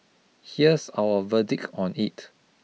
here's our verdict on it